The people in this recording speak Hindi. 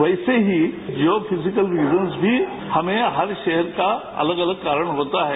वैसे ही वियोफिविकल रीजन्स भी हमें हर शहर का अलग अलग कारण होता है